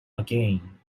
again